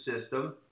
system